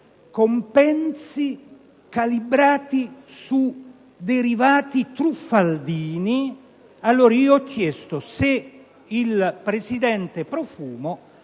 compensi calibrati su derivati truffaldini, e ho chiesto loro se il presidente Profumo